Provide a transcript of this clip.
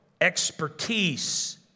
Expertise